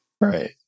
right